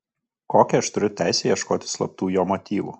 kokią aš turiu teisę ieškoti slaptų jo motyvų